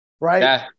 Right